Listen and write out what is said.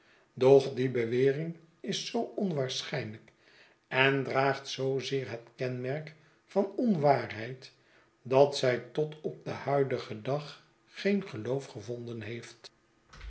doch die bewering is zoo onwaarschijnlijk en draagt zoo zeer het kenmerk van onwaarheid dat zij tot op den huidigen dag geen geloofgevonden heeft